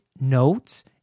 notes